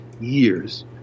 years